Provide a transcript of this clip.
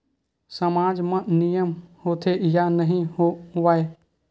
सामाज मा नियम होथे या नहीं हो वाए?